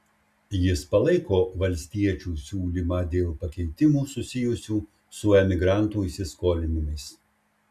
jis palaiko valstiečių siūlymą dėl pakeitimų susijusių su emigrantų įsiskolinimais